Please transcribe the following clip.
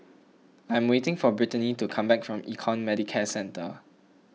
I am waiting for Brittanie to come back from Econ Medicare Centre